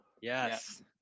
Yes